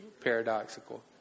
paradoxical